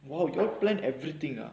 !wow! you all plan everything ah